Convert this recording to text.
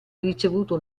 ricevuto